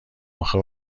اخه